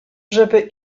żeby